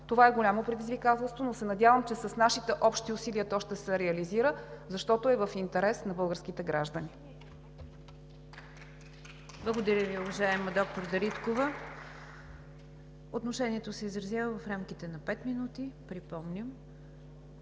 Това е голямо предизвикателство, но се надявам, че с общите ни усилия то ще се реализира, защото е в интерес на българските граждани.